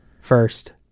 first